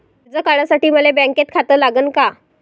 कर्ज काढासाठी मले बँकेत खातं लागन का?